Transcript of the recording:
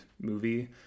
movie